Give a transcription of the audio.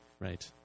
right